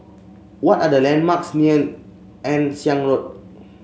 what are the landmarks near Ann Siang Road